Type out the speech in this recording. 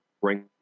bring